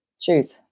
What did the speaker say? Choose